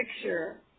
picture